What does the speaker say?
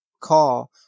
call